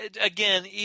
again